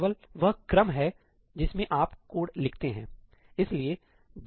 यह केवल वह क्रम है जिसमें आप कोड लिखते हैं